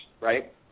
Right